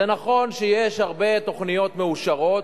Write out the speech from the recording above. זה נכון שיש הרבה תוכניות מאושרות.